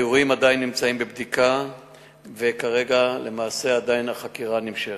האירועים עדיין נמצאים בבדיקה וכרגע למעשה עדיין החקירה נמשכת.